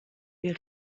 wir